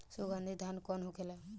सुगन्धित धान कौन होखेला?